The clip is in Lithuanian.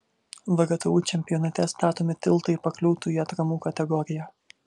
vgtu čempionate statomi tiltai pakliūtų į atramų kategoriją